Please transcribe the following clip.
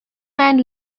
man